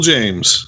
James